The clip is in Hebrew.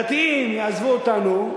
הדתיים יעזבו אותנו,